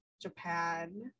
japan